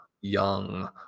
young